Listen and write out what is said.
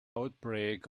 outbreak